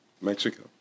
Mexico